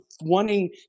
wanting